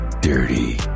dirty